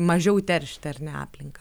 mažiau teršti ar ne aplinką